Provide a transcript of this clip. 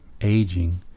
aging